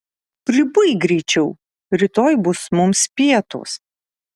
pribaik greičiau rytoj bus mums pietūs